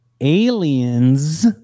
Aliens